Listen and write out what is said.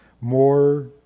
more